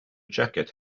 jacket